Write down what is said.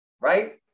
right